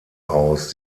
aus